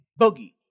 boogie